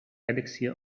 elixir